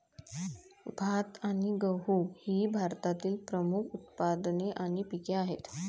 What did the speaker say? भात आणि गहू ही भारतातील प्रमुख उत्पादने आणि पिके आहेत